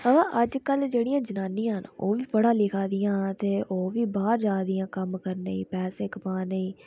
आं अज्ज कल्ल जेह्ड़ा जनानियां न ओह् बी पढ़ा लिखा दियां ते ओह् बी बाहर जा दियां कम्म करने गी पैसे कमाने गी